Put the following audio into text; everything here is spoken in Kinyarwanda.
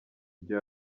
ibyo